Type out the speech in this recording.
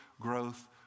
growth